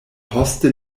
poste